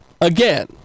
again